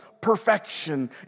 perfection